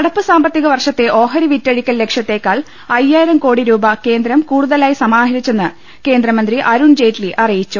നടപ്പ് സാമ്പത്തിക വർഷത്തെ ഓഹരി വിറ്റഴിക്കൽ ലക്ഷ്യത്തേക്കാൾ അയ്യായിരം കോടി രൂപ കേന്ദ്രം കൂടുതലായി സമാഹരിച്ചെന്ന് കേന്ദ്രമന്ത്രി അരുൺ ജെയ്റ്റ്ലി അറിയിച്ചു